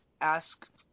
ask